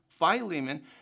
Philemon